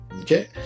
okay